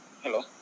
Hello